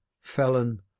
felon